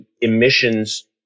emissions